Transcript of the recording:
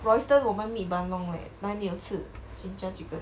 royston 我们 meet ban long leh 哪里有吃 jinjja chicken